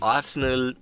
Arsenal